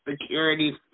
security